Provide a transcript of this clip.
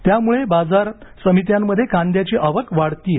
त्यामुळे बाजार समित्यांमध्ये कांद्याची आवक वाढत आहे